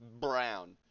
brown